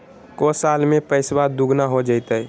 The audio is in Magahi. को साल में पैसबा दुगना हो जयते?